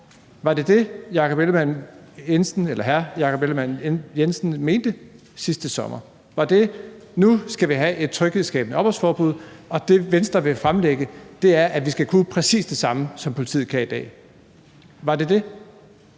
Var det det, hr. Jakob Ellemann-Jensen mente sidste sommer? Var det, at nu skal vi have et tryghedsskabende opholdsforbud, og det, Venstre vil fremlægge, er, at vi skal kunne præcis det samme, som politiet kan i dag? Var det det?